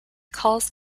calls